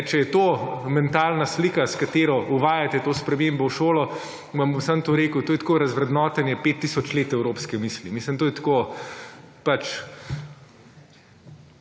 Če je to mentalna slika, s katero uvajate to spremembo v šolo, vam bom samo to rekel, to je tako razvrednotenje 5 tisoč let evropske misli. Mislim, to je tako, pač,